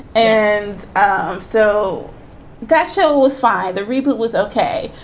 and um so that shows why the reboot was ok.